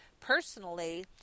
personally